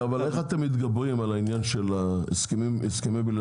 אבל איך אתם מתגברים על העניין של הסכמי הבלעדיות?